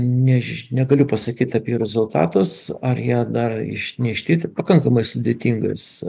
negaliu pasakyt apie rezultatus ar jie dar išnešti pakankamai sudėtingas